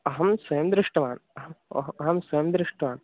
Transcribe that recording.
अहं स्वयं दृष्टवान् अहम् ओह् अहं स्वयं दृष्टवान्